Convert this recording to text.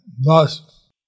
thus